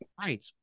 Right